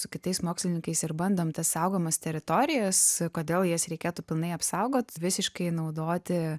su kitais mokslininkais ir bandom tas saugomas teritorijas kodėl jas reikėtų pilnai apsaugot visiškai naudoti